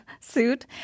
suit